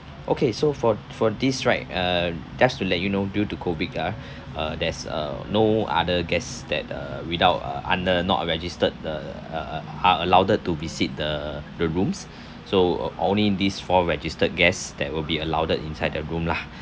okay so for for this right uh just to let you know due to COVID ah uh there's uh no other guests that uh without uh under not registered the uh uh are allowed to visit the the rooms so only these four registered guests that will be allowed inside the room lah